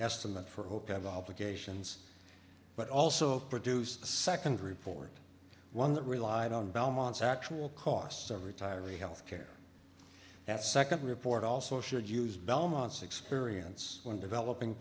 estimate for hope of obligations but also produce a second report one that relied on belmont's actual costs of retiring health care that second report also should use belmont's experience when developing